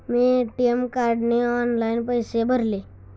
मी ATM कार्डने online पैसे भरले